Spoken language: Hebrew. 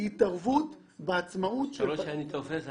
היא התערבות בעצמאות של ההתאחדות לכדורגל.